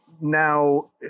Now